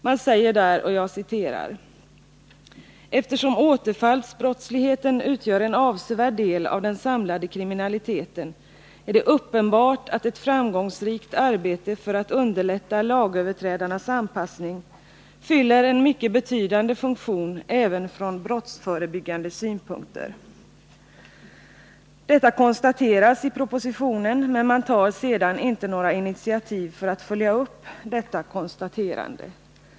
Man säger där: ”Eftersom återfallsbrottsligheten utgör en avsevärd del av den samlade kriminaliteten är det uppenbart att ett framgångsrikt arbete för att underlätta lagöverträdarnas anpassning fyller en mycket betydande funktion även från brottsförebyggande synpunkter.” Detta konstateras i propositionen, men sedan tar man inte några initiativ för att följa upp detta konstaterande.